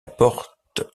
porte